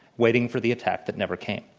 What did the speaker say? waiting for the attack that never came.